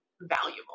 valuable